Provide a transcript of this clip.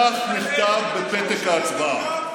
כך נכתב בפתק ההצבעה.